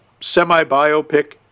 semi-biopic